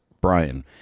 Brian